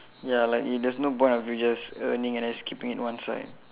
ya like there's no point of you just earning and just keeping it one side